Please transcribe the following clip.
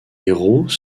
héros